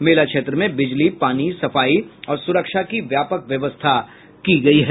मेला क्षेत्र में बिजली पानी सफाई और सुरक्षा की व्यापक व्यवस्था की गई है